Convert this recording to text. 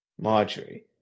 Marjorie